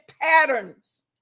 patterns